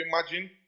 imagine